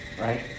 right